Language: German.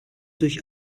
durch